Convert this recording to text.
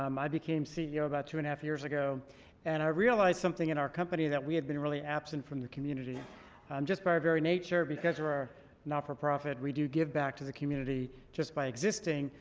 um i became ceo about two and a half years ago and i realized something in our company that we had been really absent from the community just by our very nature because we're not-for-profit we do give back to the community just by existing.